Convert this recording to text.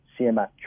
CMF